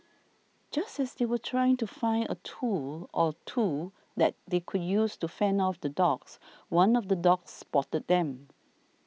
just as they were trying to find a tool or two that they could use to fend off the dogs one of the dogs spotted them